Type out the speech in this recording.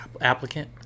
applicant